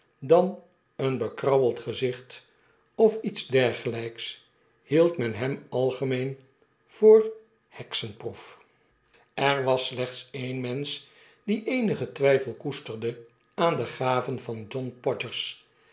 dan een bekrabbeld gezicht of iets dergelijks hield men herri algemeen voor heksenproef er was slechts een mensch die eenigen twyfel koesterde aan de gaven van john podgers